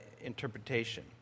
interpretation